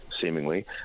seemingly